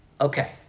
Okay